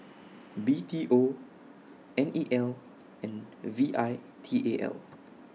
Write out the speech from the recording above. B T O N E L and V I T A L